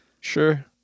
sure